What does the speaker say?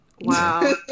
wow